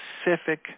specific